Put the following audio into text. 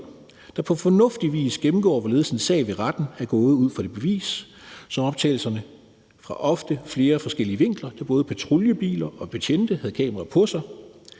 og på fornuftig vis gennemgår, hvorledes en sag er foregået i retten ud fra det bevis, som optagelserne giver – ofte fra flere forskellige vinkler, da både patruljebiler og betjente havde kameraer på sig.